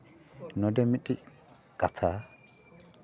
ᱱᱚᱰᱮ ᱢᱤᱫᱴᱤᱱ ᱠᱟᱛᱷᱟ